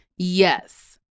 Yes